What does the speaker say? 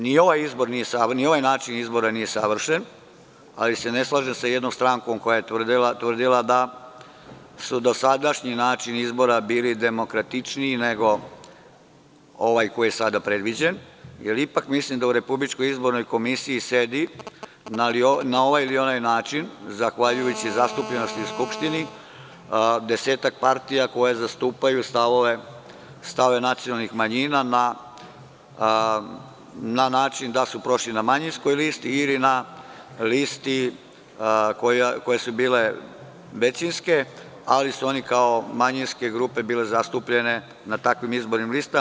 Ni ovaj način izbora nije savršen, ali se ne slažem sa jednom strankom koja je tvrdila da su dosadašnji načini izbora bili demokratičniji nego ovaj koji je sada predviđen, jer ipak mislim da u RIK sedi, na ovaj ili onaj način, zahvaljujući zastupljenosti u Skupštini, desetak partija koje zastupaju stavove nacionalnih manjina na načina da su prošli na manjinskoj listi ili na listi koje su bile većinske, ali su oni kao manjinske grupe bili zastupljeni na takvim izbornim listama.